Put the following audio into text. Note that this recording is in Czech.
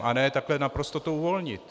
A ne takhle naprosto to uvolnit.